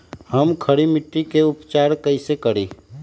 हम खड़ी मिट्टी के उपचार कईसे करी?